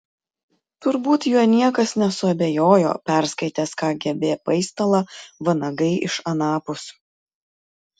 turbūt juo niekas nesuabejojo perskaitęs kgb paistalą vanagai iš anapus